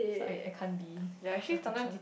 so I I can't be a teacher